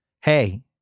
Hey